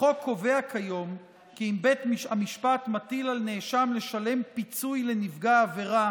החוק קובע כיום כי אם בית המשפט מטיל על נאשם לשלם פיצוי לנפגע עבירה